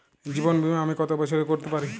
জীবন বীমা আমি কতো বছরের করতে পারি?